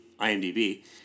IMDb